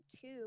two